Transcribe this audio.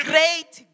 Great